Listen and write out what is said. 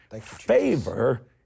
Favor